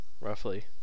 roughly